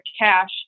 cash